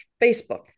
Facebook